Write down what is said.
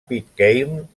pitcairn